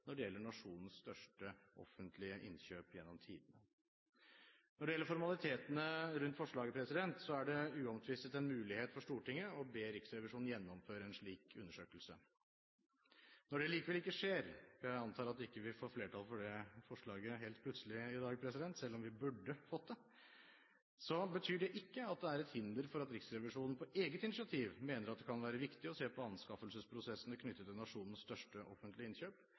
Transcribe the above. når det gjelder nasjonens største offentlige innkjøp gjennom tidene. Når det gjelder formalitetene rundt forslaget, er det uomtvistelig en mulighet for Stortinget å be Riksrevisjonen om å gjennomføre en slik undersøkelse. Når det likevel ikke skjer – for jeg antar at vi ikke får flertall for dette forslaget helt plutselig i dag, selv om vi burde fått det – betyr det ikke at det er et hinder for at Riksrevisjonen på eget initiativ mener at det kan være viktig å se på anskaffelsesprosessen knyttet til nasjonens største offentlige innkjøp.